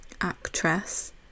actress